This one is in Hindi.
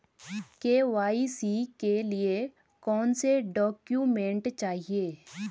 के.वाई.सी के लिए कौनसे डॉक्यूमेंट चाहिये?